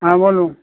হ্যাঁ বলুন